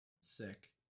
Sick